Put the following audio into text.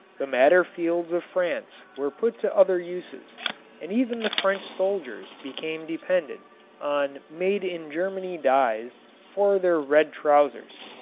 the madder fields of france were put to other uses and even the french soldiers became dependent on made-in-germany dyes for their red trousers.